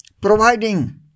providing